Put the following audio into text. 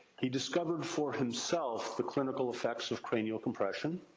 he discovered for himself the clinical effects of cranial compression.